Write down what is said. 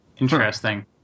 Interesting